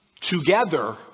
together